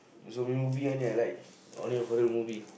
zombie movie I like only horror movie